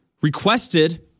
requested